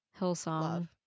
Hillsong